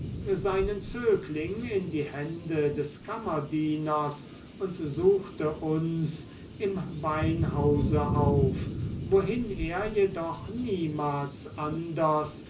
seinen zögling in die hände des kammerdieners und suchte uns im weinhause auf wohin er jedoch niemals anders